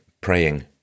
praying